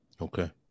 Okay